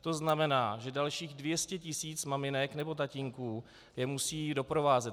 To znamená, že dalších 200 tisíc maminek nebo tatínků je musí doprovázet.